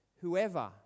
whoever